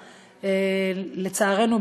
לצערנו,